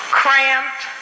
cramped